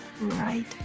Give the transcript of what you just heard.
right